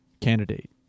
candidate